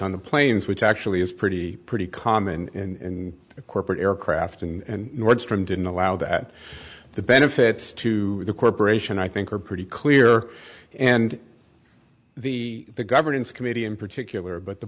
on the planes which actually is pretty pretty common in a corporate aircraft and nordstrom didn't allow that the benefits to the corporation i think are pretty clear and the governance committee in particular but the